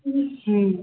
हुँ